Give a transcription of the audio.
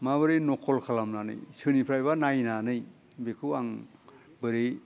माबोरै नकल खालामनानै सोरनिफ्रायबा नायनानै बेखौ आं बोरै